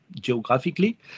geographically